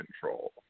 control